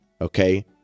okay